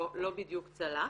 לא בדיוק צלח.